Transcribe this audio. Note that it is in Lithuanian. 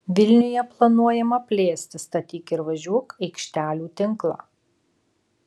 vilniuje planuojama plėsti statyk ir važiuok aikštelių tinklą